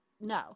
No